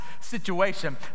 situation